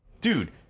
Dude